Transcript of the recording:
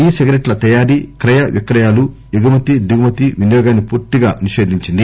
ఈ సిగరెట్ల తయారీ క్రయ విక్రయాలు ఎగుమతి దిగుమతి వినియోగాన్ని పూర్తి గా నిషేధించింది